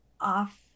off